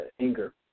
anger